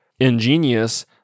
ingenious